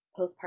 postpartum